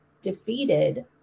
defeated